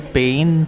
pain